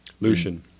Lucian